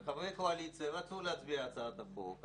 וחברי הקואליציה רצו להצביע בעד הצעת החוק,